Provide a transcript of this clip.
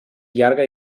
llarga